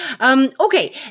Okay